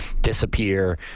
disappear